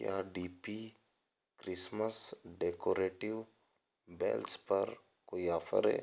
क्या D P Christmas decorative bells पर कोई ऑफर है